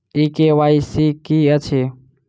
ई KYC की अछि?